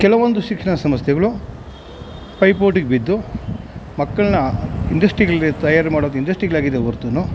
ಕೆಲವೊಂದು ಶಿಕ್ಷಣ ಸಂಸ್ಥೆಗಳು ಪೈಪೋಟಿಗೆ ಬಿದ್ದು ಮಕ್ಕಳನ್ನ ಇಂಡಸ್ಟ್ರಿಗಳಲ್ಲಿ ತಯಾರಿ ಮಾಡೋ ಇಂಡಸ್ಟ್ರಿಗಳಾಗಿದಾವೆ ಹೊರ್ತುನು